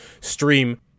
stream